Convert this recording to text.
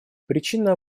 причина